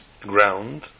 ground